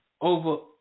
over